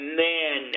man